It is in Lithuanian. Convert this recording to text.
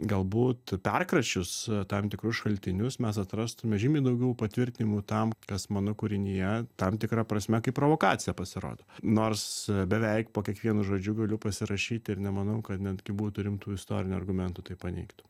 galbūt perkračius tam tikrus šaltinius mes atrastume žymiai daugiau patvirtinimų tam kas mano kūrinyje tam tikra prasme kaip provokacija pasirodo nors beveik po kiekvienu žodžiu galiu pasirašyti ir nemanau kad netgi būtų rimtų istorinių argumentų tai paneigti